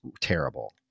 terrible